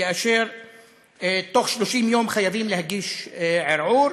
כאשר תוך 30 יום חייבים להגיש ערעור,